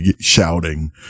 shouting